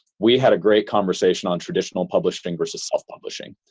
we had a great conversation on traditional publishing versus self-publishing.